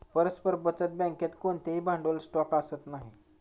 परस्पर बचत बँकेत कोणतेही भांडवल स्टॉक असत नाही